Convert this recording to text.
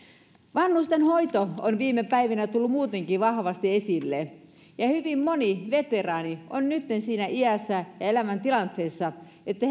vanhustenhoito on viime päivinä tullut muutenkin vahvasti esille ja hyvin moni veteraani on nytten siinä iässä ja elämäntilanteessa että